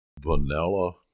vanilla